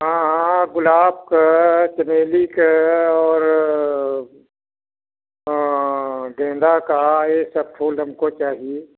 हाँ हाँ गुलाब का चमेली का और गेंदे का यह सब फूल हमको चाहिए